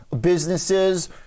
businesses